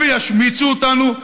וישמיצו אותנו,